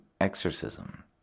exorcism